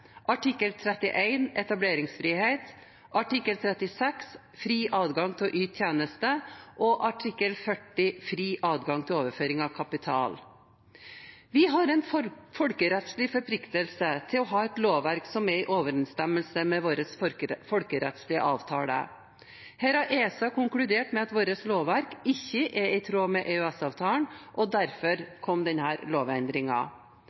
artikkel 31, etableringsfrihet, artikkel 36, fri adgang til å yte tjenester, og artikkel 40, fri adgang til overføring av kapital. Vi har en folkerettslig forpliktelse til å ha et lovverk som er i overensstemmelse med våre folkerettslige avtaler. Her har ESA konkludert med at vårt lovverk ikke er i tråd med EØS-avtalen, og derfor